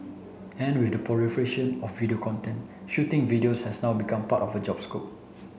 and with the proliferation of video content shooting videos has now become part of the job scope